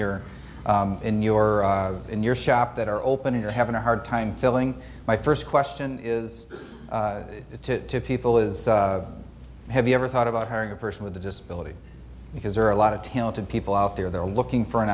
your in your in your shop that are opening you're having a hard time filling my first question is it to people is have you ever thought about hiring a person with a disability because there are a lot of talented people out there they're looking for an